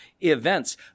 events